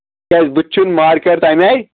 کیٛازِ بٕتھِ چھُنہٕ مارکیٹ تَمہِ آیہِ